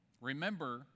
Remember